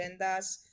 agendas